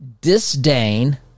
disdain